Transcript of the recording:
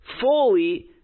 fully